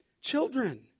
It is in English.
Children